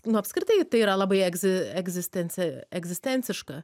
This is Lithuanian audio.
nu apskritai tai yra labai egzi egzistenci egzistenciška